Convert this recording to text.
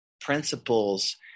principles